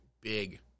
big